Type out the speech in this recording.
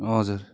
हजुर